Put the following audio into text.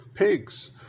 Pigs